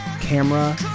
camera